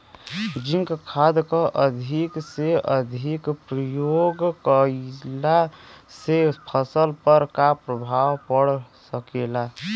Zinc खाद क अधिक से अधिक प्रयोग कइला से फसल पर का प्रभाव पड़ सकेला?